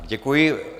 Děkuji.